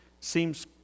seems